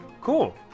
cool